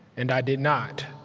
and i did not.